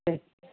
छथि